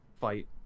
fight